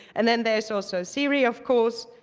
and then there's also siri, of course.